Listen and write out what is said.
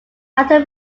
after